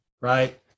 right